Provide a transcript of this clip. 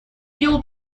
делу